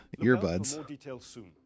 earbuds